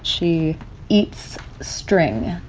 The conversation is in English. she eats string